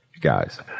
guys